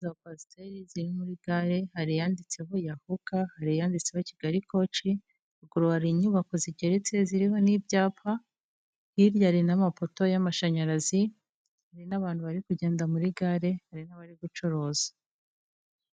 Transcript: Kwasiteri ziri muri gare hari iyanditseho yahuka hari n' iyanditseho kigali kocyi, ruguru hari inyubako zigeretse ziriho n'ibyapa. Hirya hari n'amapoto y'amashanyarazi hari n'abantu bari kugenda muri gare, hari n'abari gucuruza.